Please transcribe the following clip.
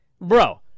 Bro